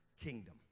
kingdom